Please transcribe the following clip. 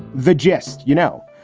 the gist? you know,